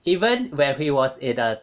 even when he was in an